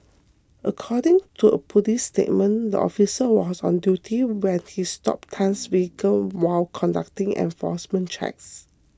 according to a police statement the officer was on duty when he stopped Tan's vehicle while conducting enforcement checks